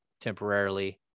temporarily